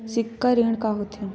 सिक्छा ऋण का होथे?